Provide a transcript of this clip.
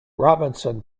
robinson